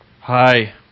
Hi